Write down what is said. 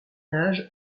âge